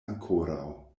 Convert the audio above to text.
ankoraŭ